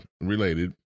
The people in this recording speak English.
related